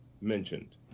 mentioned